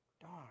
Darn